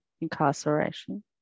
incarceration